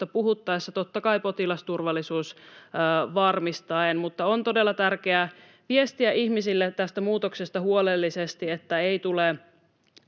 puhuttaessa totta kai potilasturvallisuus varmistaen. On todella tärkeää viestiä ihmisille tästä muutoksesta huolellisesti, niin että